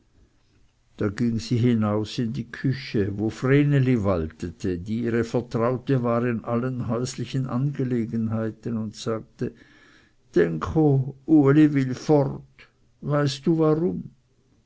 da ging sie hinaus in die küche wo vreneli waltete die ihre vertraute war in allen häuslichen angelegenheiten und sagte denk o uli will fort weißt du warum